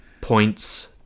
points